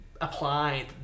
applied